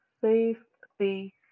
Safety